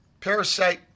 parasite